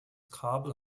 kabel